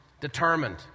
Determined